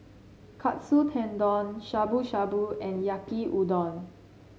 Katsu Tendon Shabu Shabu and Yaki Udon